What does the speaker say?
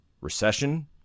recession